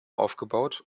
aufgebaut